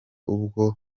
ubwo